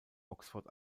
oxford